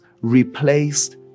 replaced